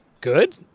good